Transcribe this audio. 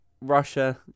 Russia